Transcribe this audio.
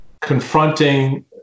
confronting